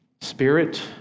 spirit